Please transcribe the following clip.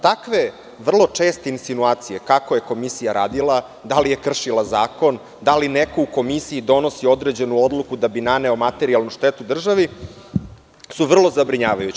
Takve, vrlo česte insinuacije kako je komisija radila, da li je kršila zakon, da li neko u komisiji donosi određenu odluku da bi naneo materijalnu štetu državi, su vrlo zabrinjavajuće.